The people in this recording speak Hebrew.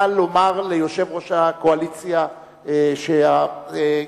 נא לומר ליושב-ראש הקואליציה שהאופוזיציה